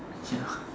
ya